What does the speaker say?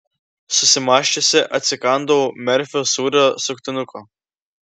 susimąsčiusi atsikandau merfio sūrio suktinuko